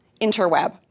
interweb